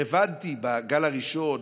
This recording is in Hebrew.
הבנתי בגל הראשון,